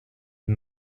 des